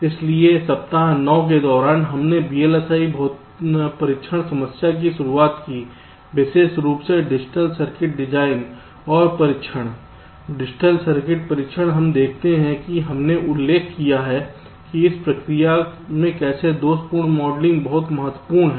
इसलिए सप्ताह 9 के दौरान हमने VLSI परीक्षण समस्या की शुरुआत की विशेष रूप से डिजिटल सर्किट डिजाइन और परीक्षण डिजिटल सर्किट का परीक्षण हम देखते हैं कि हमने उल्लेख किया है कि इस प्रक्रिया में कैसे दोषपूर्ण मॉडलिंग बहुत महत्वपूर्ण है